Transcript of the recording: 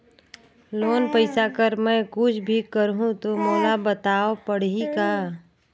Loan पइसा कर मै कुछ भी करहु तो मोला बताव पड़ही का?